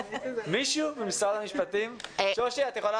את יכולה